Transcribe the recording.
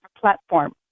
platform